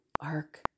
Ark